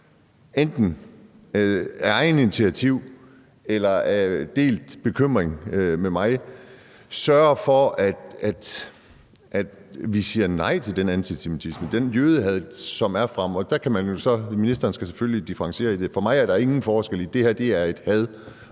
enten på eget initiativ eller ud fra en delt bekymring med mig sørger for, at vi siger nej til den antisemitisme og det jødehad, som er fremme? Og ministeren skal selvfølgelig differentiere i det, men for mig er der ingen forskel i det, for det her drejer